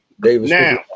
David